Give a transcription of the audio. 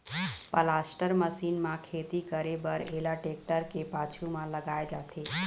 planter machine म खेती करे बर एला टेक्टर के पाछू म लगाए जाथे